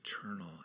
eternal